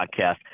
Podcast